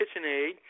KitchenAid